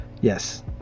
yes